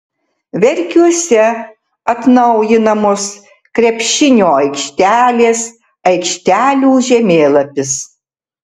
verkiuose atnaujinamos krepšinio aikštelės aikštelių žemėlapis